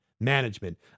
management